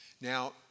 Now